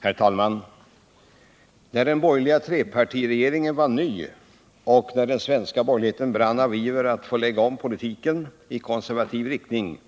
Herr talman! När den borgerliga trepartiregeringen var ny och när den svenska borgerligheten brann av iver att få lägga om politiken i konservativ riktning,